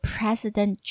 President